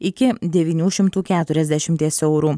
iki devynių šimtų keturiasdešimties eurų